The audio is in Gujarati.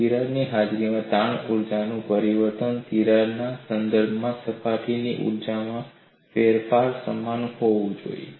તિરાડની હાજરીમાં તાણ ઊર્જાનું પરિવર્તન તિરાડના સંદર્ભમાં સપાટીની ઊર્જામાં ફેરફાર સમાન હોવું જોઈએ